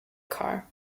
car